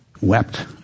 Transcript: wept